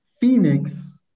Phoenix